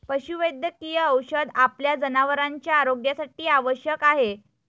पशुवैद्यकीय औषध आपल्या जनावरांच्या आरोग्यासाठी आवश्यक आहे